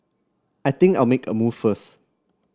I think I'll make a move first